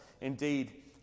indeed